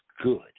good